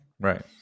right